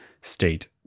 state